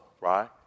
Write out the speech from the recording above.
right